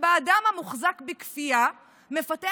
שבה אדם המוחזק בכפייה מפתח